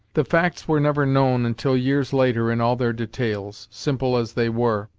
the facts were never known until years later in all their details, simple as they were,